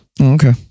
Okay